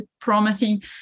promising